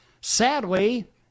Sadly